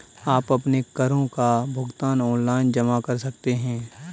आप अपने करों का भुगतान ऑनलाइन जमा कर सकते हैं